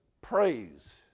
praise